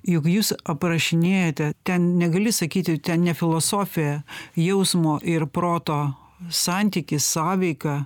juk jūs aprašinėjate ten negali sakyti ten ne filosofija jausmo ir proto santykis sąveika